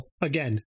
again